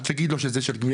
אל תגיד לו שזה של,